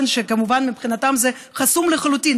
שכמובן מבחינתם זה חסום לחלוטין.